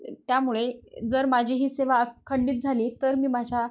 त्यामुळे जर माझी ही सेवा अ खंडित झाली तर मी माझ्या